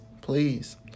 please